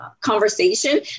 conversation